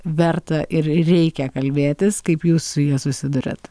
verta ir reikia kalbėtis kaip jūs su ja susiduriat